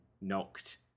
knocked